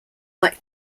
like